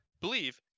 believe